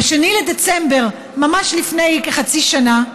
ב-2 בדצמבר, ממש לפני כחצי שנה,